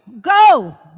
go